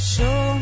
Show